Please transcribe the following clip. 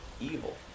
evil